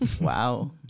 Wow